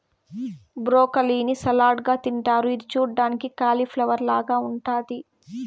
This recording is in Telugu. బ్రోకలీ ని సలాడ్ గా తింటారు ఇది చూడ్డానికి కాలిఫ్లవర్ లాగ ఉంటాది